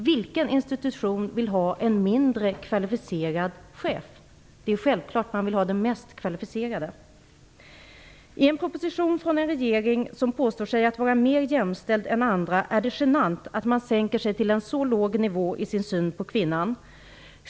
Vilken institution vill ha en mindre kvalificerad chef? Det är självklart att man vill ha den mest kvalificerade. I en proposition från en regering som påstår sig vara mer jämställd än andra är det genant att man sänker sig till en så låg nivå i sin syn på kvinnan.